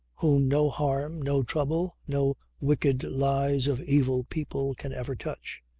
whom no harm, no trouble, no wicked lies of evil people can ever touch.